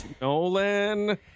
Nolan